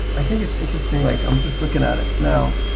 i think it's interesting like i'm just looking at it now.